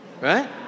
right